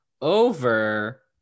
over